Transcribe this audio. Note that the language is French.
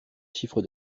chiffre